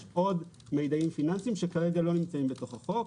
יש עוד מידעים פיננסיים שכרגע לא נמצאים בתוך החוק.